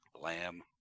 lamb